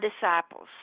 disciples